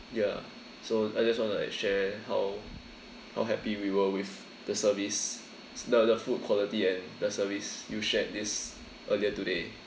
ya so I just want to like share how how happy we were with the service the the food quality and the service you shared this earlier today